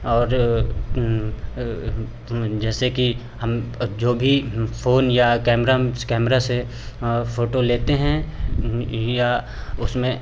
और हाँ जैसे कि हम अब जो भी फ़ोन या कैमरा हम कैमरा से फ़ोटो लेते हैं या उसमें